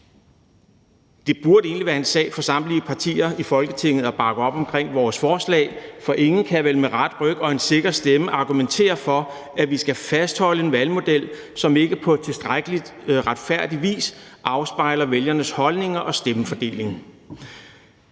Det burde egentlig være en sag for samtlige partier i Folketinget at bakke op om vores forslag, for ingen kan vel med ret ryg og sikker stemme argumentere for, at vi skal fastholde en valgmodel, som ikke på tilstrækkelig retfærdig vis afspejler vælgernes holdninger og stemmefordeling.